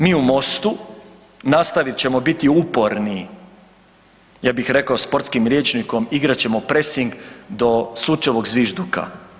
Mi u Mostu nastavit ćemo biti uporni, ja bih rekao sportskim rječnikom, igrat ćemo pressing do sučevog zvižduka.